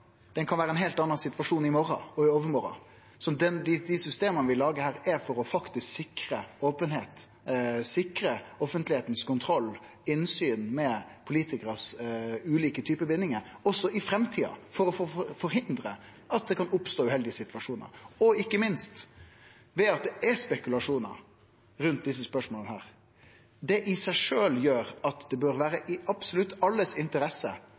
kan vere ein heilt annan i morgon eller i overmorgon. Dei systema vi lagar her, er faktisk for å sikre openheit, sikre at det offentlege har kontroll og innsyn med ulike typar bindingar som politikarane har, også i framtida, for å forhindre at det kan oppstå uheldige situasjonar, og ikkje minst fordi det er spekulasjonar rundt desse spørsmåla. Det i seg sjølv gjer at det bør vere i absolutt alles interesse